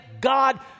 God